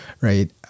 right